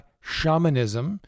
shamanism